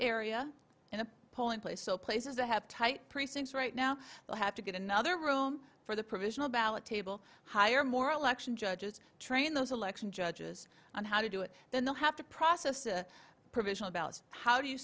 area in a polling place so places that have tight precincts right now they'll have to get another room for the provisional ballot table higher moral election judges train those election judges on how to do it then they'll have to process a provisional ballots how do you